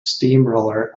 steamroller